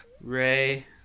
ray